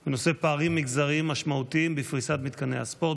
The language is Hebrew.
בנושא: פערים מגזריים משמעותיים בפריסת מתקני הספורט.